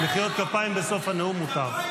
מחיאות כפיים בסוף הנאום מותר.